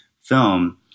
film